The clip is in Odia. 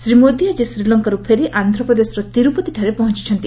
ଶ୍ରୀ ମୋଦି ଆଜି ଶ୍ରୀଲଙ୍କାରୁ ଫେରି ଆନ୍ଧ୍ରପ୍ରଦେଶର ତିର୍ପତିଠାରେ ପହଞ୍ଚୁଛନ୍ତି